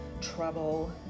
Trouble